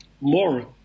More